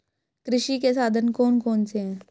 कृषि के साधन कौन कौन से हैं?